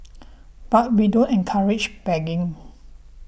but we don't encourage begging